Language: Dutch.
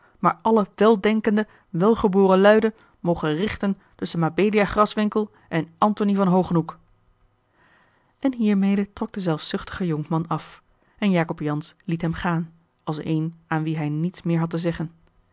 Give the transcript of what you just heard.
maar alle weldenkende welgeboren luiden mogen richten tusschen mabelia graswinckel en antony van hogenhoeck en hiermede trok de zelfzuchtige jonkman af en jacob jansz liet hem gaan als een aan wien hij niets meer had te zeggen